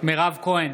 מירב כהן,